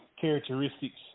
characteristics